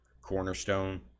Cornerstone